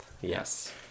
Yes